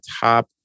top